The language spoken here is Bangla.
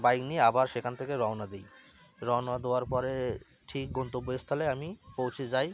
বাইক নিয়ে আবার সেখান থেকে রওনা দিই রওনা দেওয়ার পরে ঠিক গন্তব্যস্থলে আমি পৌঁছে যাই